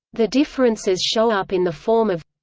the differences show up in the form of